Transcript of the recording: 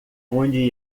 onde